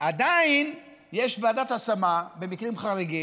עדיין יש ועדת השמה במקרים חריגים,